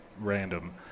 random